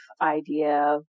idea